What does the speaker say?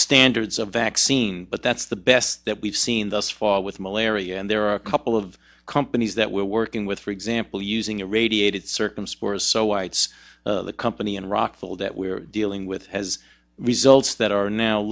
standards of vaccine but that's the best that we've seen thus far with malaria and there are a couple of companies that we're working with for example using a radiated circum spores so it's the company in rockville that we're dealing with has results that are now